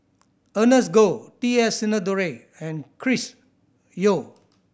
Ernest Goh T S Sinnathuray and Chris Yeo